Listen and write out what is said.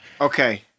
Okay